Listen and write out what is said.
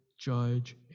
judge